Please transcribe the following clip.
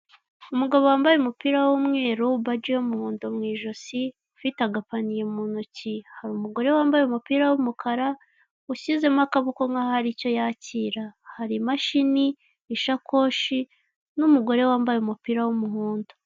Umugabo wambaye umupira w'umweru, baje y'umuhondo mu ijosi ufite agapaniye mu ntoki hari umugore wambaye umupira w'umukara ushyizemo akaboko nkaho hari icyo yakira. Hari imashini, ishakoshi n'umugore wambaye umupira w'umuhondo.